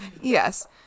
Yes